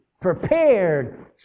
prepared